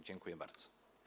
Dziękuję bardzo.